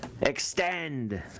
Extend